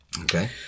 Okay